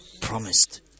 promised